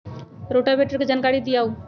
Rotavator के जानकारी दिआउ?